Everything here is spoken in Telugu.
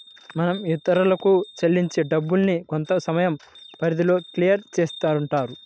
మనం ఇతరులకు చెల్లించే డబ్బుల్ని కొంతసమయం పరిధిలో క్లియర్ చేస్తుంటారు